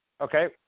Okay